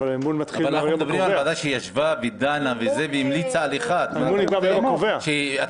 אנחנו מדברים על ועדה שישבה ודנה והמליצה על 1. אתה